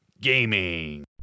gaming